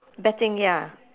betting ya